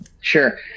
sure